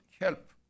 help